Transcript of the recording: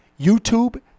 YouTube